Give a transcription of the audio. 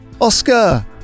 Oscar